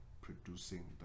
producing